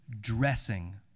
dressing